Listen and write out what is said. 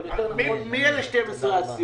אבל יותר נכון --- מי הן 12 הסיעות,